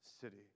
city